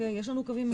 יש לנו קווים מנחים.